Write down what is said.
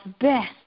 best